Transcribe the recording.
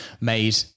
made